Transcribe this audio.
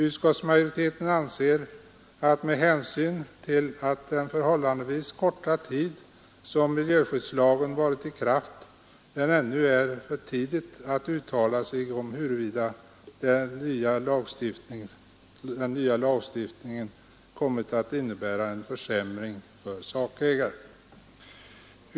Utskottsmajoriteten anser att det med hänsyn till den förhållandevis korta tid som miljöskyddslagen varit i kraft ännu är för tidigt att uttala sig om huruvida den nya lagstiftningen kommit att innebära en försämring för sakägare.